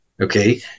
Okay